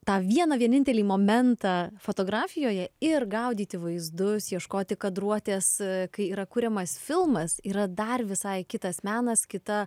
tą vieną vienintelį momentą fotografijoje ir gaudyti vaizdus ieškoti kadruotės kai yra kuriamas filmas yra dar visai kitas menas kita